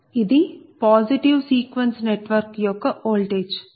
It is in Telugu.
Ea Z1Ia1ఇది పాజిటివ్ సీక్వెన్స్ నెట్వర్క్ యొక్క ఓల్టేజ్